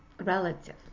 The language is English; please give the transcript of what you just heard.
relative